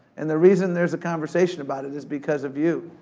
and the reason there's a conversation about it is because of you,